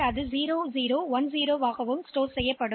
எனவே இது 0 1 0 0 ஆகவும் அடுத்த இலக்கம் 2 ஆகவும் சேமிக்கப்படும்